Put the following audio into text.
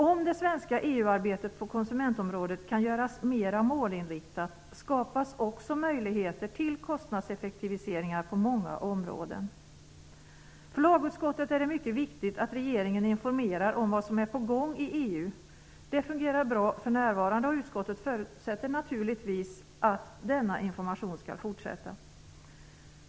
Om det svenska EU-arbetet på konsumentområdet kan göras mera målinriktat skapas också möjligheter till kostnadseffektiviseringar på många områden. För lagutskottet är det mycket viktigt att regeringen informerar om vad som är på gång i EU. Det fungerar bra för närvarande, och utskottet förutsätter naturligtvis att denna information skall fortsätta.